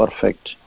perfect